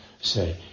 say